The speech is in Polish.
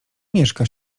mieszka